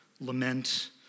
lament